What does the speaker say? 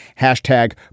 Hashtag